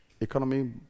economy